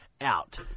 out